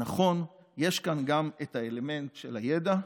נכון, יש כאן גם האלמנט של הידע,